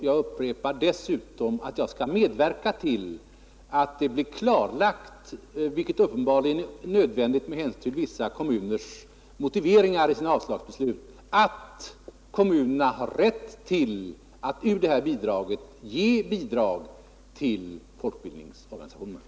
Jag upprepar dessutom att jag skall medverka till att det blir klarlagt — vilket uppenbarligen är nödvändigt med hänsyn till vissa kommuners motiveringar i sina avslagsbeslut — att kommunerna har rätt att ur detta bidrag ge medel till folkbildningsorganisationerna.